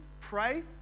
pray